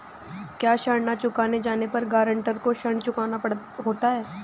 क्या ऋण न चुकाए जाने पर गरेंटर को ऋण चुकाना होता है?